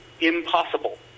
impossible